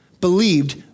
believed